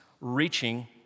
reaching